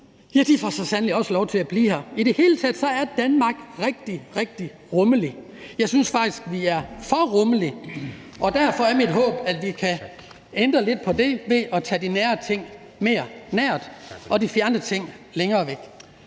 og de får så sandelig også lov til at blive her. I det hele taget er Danmark rigtig, rigtig rummeligt, og jeg synes faktisk, vi er for rummelige, og derfor er mit håb, at vi kan ændre lidt på det ved at få de nære ting mere nær og de fjerne ting længere væk.